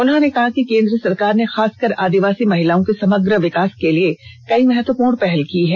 उन्होंने कहा कि केन्द्र सरकार ने खास कर आदिवासी महिलाओं के समग्र विकास के लिए कई महत्वपूर्ण पहल की है